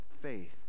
faith